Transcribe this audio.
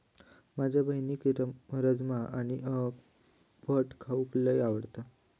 माझ्या बहिणीक राजमा आणि भट खाऊक लय आवडता